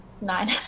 Nine